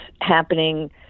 happening